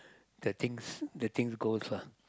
the things the things goes lah